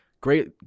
great